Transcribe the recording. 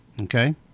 okay